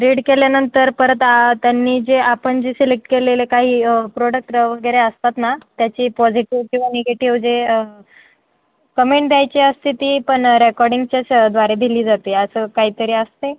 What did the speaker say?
read केल्यानंतर परत आ त्यांनी जे आपण जे सिलेक्ट केलेले काही प्रोडक्ट वगैरे असतात ना त्याची पॉझिटिव किंवा निगेटिव जे कमेंट द्यायची असते ती पण रेकॉर्डिंगच्याच द्वारे दिली जाते असं काहीतरी असतं आहे